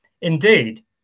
Indeed